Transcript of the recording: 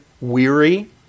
weary